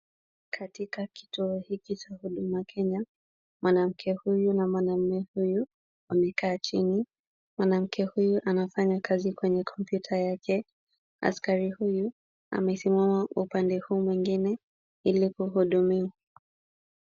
Katika kituo hiki cha Huduma Kenya, mwanamke huyu na mwanaume huyu wamekaa chini. Mwanamke huyu anafanya kazi kwenye kompyuta yake. Askari huyu amesimama upande huu mwingine ili kuhudumiwa.